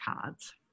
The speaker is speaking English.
cards